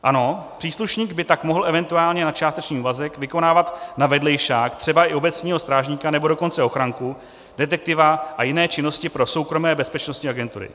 Ano, příslušník by tak mohl eventuálně na částečný úvazek vykonávat na vedlejšák třeba i obecního strážníka, nebo dokonce ochranku, detektiva a jiné činnosti pro soukromé bezpečnostní agentury.